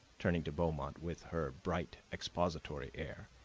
turning to beaumont with her bright expository air,